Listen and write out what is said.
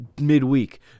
midweek